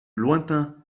lointain